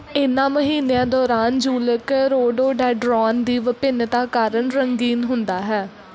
ਇਨ੍ਹਾਂ ਮਹੀਨਿਆਂ ਦੌਰਾਨ ਜ਼ੁਲੁਕ ਰੋਡੋਡੈਂਡਰੌਨ ਦੀ ਵਿਭਿੰਨਤਾ ਕਾਰਨ ਰੰਗੀਨ ਹੁੰਦਾ ਹੈ